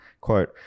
Quote